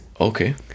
okay